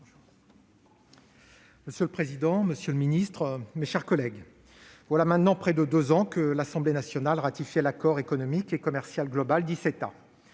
Monsieur le président, monsieur le ministre, mes chers collègues, voilà maintenant près de deux ans, l'Assemblée nationale ratifiait l'accord économique et commercial global, dit CETA.